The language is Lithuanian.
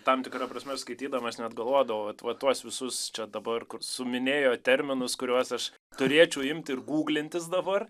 tam tikra prasme skaitydamas net galvodavau vat vat tuos visus čia dabar suminėjo terminus kuriuos aš turėčiau imti ir gūglintis dabar